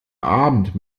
abend